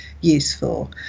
useful